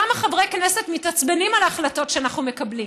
כמה חברי כנסת מתעצבנים על החלטות שאנחנו מקבלים?